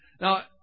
Now